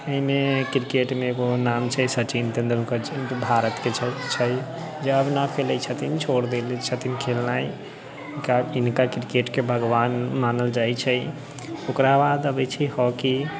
एहिमे किरकेटमे एगो नाम छै सचिन तेन्दुलकर जे भारतके छै जे अब नहि खेलै छथिन छोड़ देले छथिन खेलनाइ हिनका किरकेटके भगवान मानल जाइ छै ओकराबाद अबै छै हॉकी